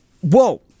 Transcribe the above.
Whoa